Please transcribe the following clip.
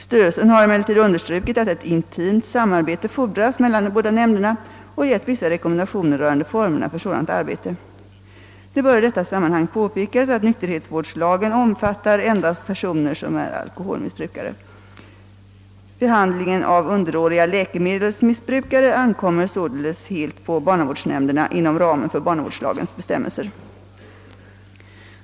Styrelsen har emellertid understrukit att ett intimt samarbete fordras mellan de båda nämnderna och gett vissa rekommendationer rörande formerna för ett sådant samarbete. Det bör i detta sammanhang påpekas att nykterhetsvårdslagen omfattar endast personer som är alkoholmissbrukare. Behandlingen av underåriga läkemedelsmissbrukare ankommer således helt på barnavårdsnämnderna inom ramen för barnavårdslagens bestämmelser.